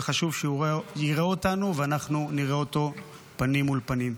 וחשוב שהוא יראה אותנו ואנחנו נראה אותו פנים מול פנים.